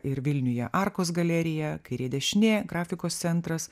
ir vilniuje arkos galerija kairė dešinė grafikos centras